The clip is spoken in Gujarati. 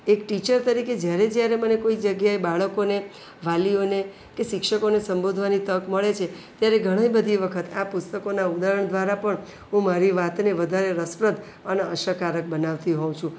એક ટીચર તરીકે જ્યારે જ્યારે મને કોઈ જગ્યાએ બાળકોને વાલીઓને કે શિક્ષકોને સંબોધવાની તક મળે છે ત્યારે ઘણી બધી વખત આ પુસ્તકોના ઉદાહરણ દ્વારા પણ હું મારી વાતને વધારે રસપ્રદ અને અસરકારક બનાવતી હોવ છું